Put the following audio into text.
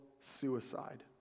suicide